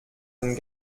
den